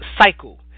cycle